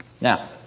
Now